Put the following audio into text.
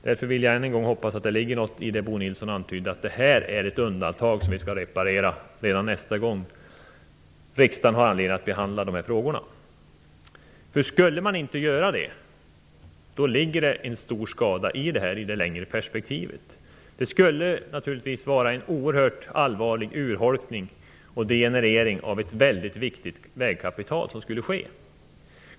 Därför vill jag än en gång hoppas att det ligger något i det Bo Nilsson antydde, att detta är ett undantag som vi skall reparera redan nästa gång riksdagen har anledning att behandla de här frågorna. Skulle man inte göra det ligger en stor skada i detta i det längre perspektivet. Det skulle naturligtvis vara en oerhört allvarlig urholkning och degenerering av ett mycket viktigt vägkapital som skulle ske.